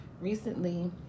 Recently